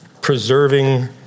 preserving